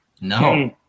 No